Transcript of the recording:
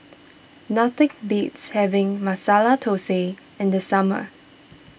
nothing beats having Masala Thosai in the summer